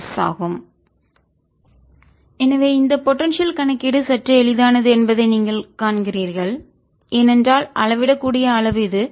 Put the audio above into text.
Vz2πσ4π00Rrdrr2z2 Let r2z2y2ydyrdr Vz2πσ4π0|z|R2z2ydyy20R2z2 z எனவே இந்த potential கணக்கீடு சற்று எளிதானது என்பதை நீங்கள் காண்கிறீர்கள் ஏனென்றால் அளவிடக்கூடிய அளவு இது